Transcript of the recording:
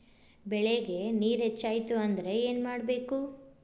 ಬೆಳೇಗ್ ನೇರ ಹೆಚ್ಚಾಯ್ತು ಅಂದ್ರೆ ಏನು ಮಾಡಬೇಕು?